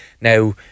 Now